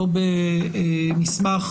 לא במסמך